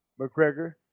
McGregor